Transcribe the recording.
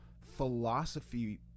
philosophy